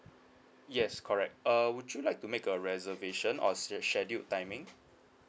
yes correct uh would you like to make a reservation or sche~ scheduled timing